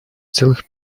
целых